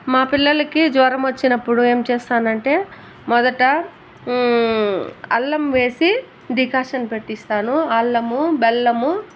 మా పిల్లలకి జ్వరం వచ్చినప్పుడు ఏం చేస్తానంటే మొదట అల్లం వేసి డికాషన్ పెట్టిస్తాను అల్లము బెల్లము